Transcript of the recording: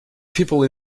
people